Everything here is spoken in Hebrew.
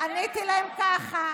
עניתי להם ככה: